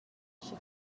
she